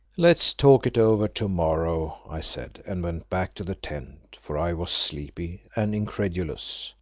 let's talk it over to-morrow, i said, and went back to the tent, for i was sleepy and incredulous,